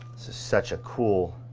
such a cool,